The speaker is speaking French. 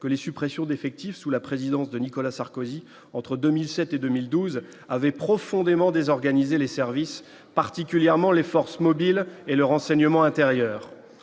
que les suppressions d'effectifs, sous la présidence de Nicolas Sarkozy entre 2007 et 2012 avaient profondément désorganisé les services particulièrement les forces mobiles et le renseignement intérieur